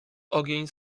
ogień